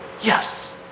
Yes